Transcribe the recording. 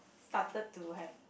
started to have